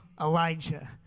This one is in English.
Elijah